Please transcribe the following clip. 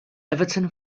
everton